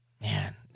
Man